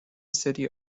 city